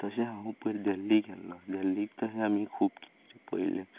तशें हांव पयलीं देल्ली गेल्लों देल्ली थंय आमी खूब कितें कितें पळयल्लें